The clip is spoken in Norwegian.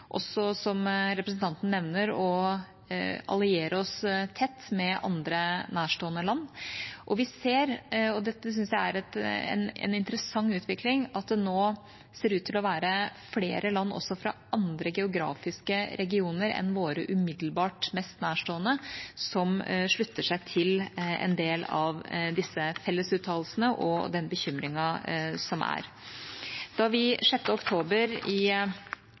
som også representanten nevner: å alliere oss tett med andre nærstående land. Og – og dette syns jeg er en interessant utvikling – det ser nå ut til å være flere land, også fra andre geografiske regioner enn våre umiddelbart mest nærstående, som slutter seg til en del av disse fellesuttalelsene og den bekymringen som er. Da vi den 6. oktober i